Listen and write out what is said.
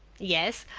yes,